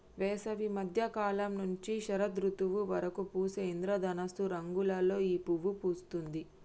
వేసవి మద్య కాలం నుంచి శరదృతువు వరకు పూసే ఇంద్రధనస్సు రంగులలో ఈ పువ్వు పూస్తుంది